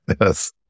Yes